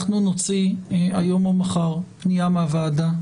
אנחנו נוציא היום או מחר פנייה מהוועדה.